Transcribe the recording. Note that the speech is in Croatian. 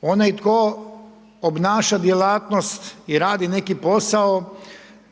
onaj tko obnaša djelatnost i radi neki posao